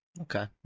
Okay